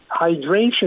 hydration